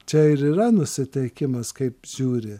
čia ir yra nusiteikimas kaip žiūri